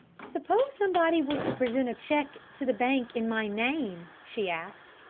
suppose somebody were to present a cheque to the bank in my name? she asked.